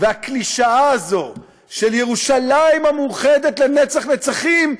והקלישאה הזו של ירושלים המאוחדת לנצח נצחים,